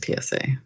psa